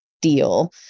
deal